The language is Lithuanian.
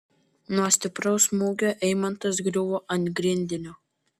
nuo stipraus smūgio eimantas griuvo ant grindinio